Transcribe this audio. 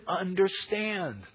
understand